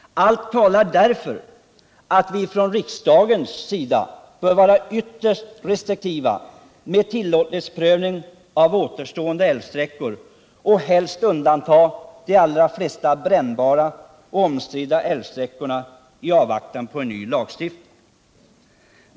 Allt talar därför för att vi från riksdagens sida bör vara ytterst restriktiva med tillåtlighetsprövning av återstående älvsträckor och helst undanta de allra flesta ”brännbara och omstridda” älvsträckorna i avvaktan på en ny lagstiftning.